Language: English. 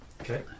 Okay